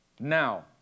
Now